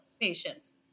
patients